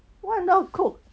what not cook